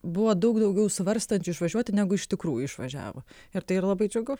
buvo daug daugiau svarstančių išvažiuoti negu iš tikrųjų išvažiavo ir tai yr labai džiugu